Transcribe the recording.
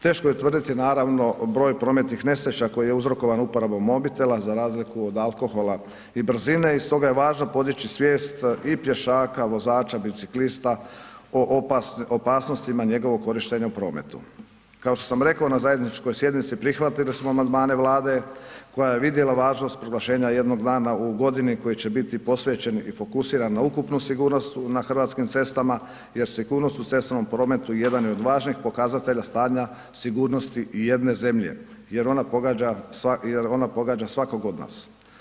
Teško je utvrditi, naravno broj prometnih nesreća koji je uzrokovan uporabom mobitela za razliku od alkohola i brzine i stoga je važno podići svijest i pješaka, vozača, biciklista o opasnosti njegovog korištenja u prometu, kao što sam rekao, na zajedničkoj sjednici prihvatili smo amandmane Vlade koja je vidjela važnost proglašenja jednog dana u godini koji će biti posvećen i fokusiran na ukupnu sigurnost na hrvatskim cestama jer sigurnost u cestovnom prometu jedan je od važnijih pokazatelja stanja sigurnosti ijedne zemlje jer ona pogađa svakog od nas.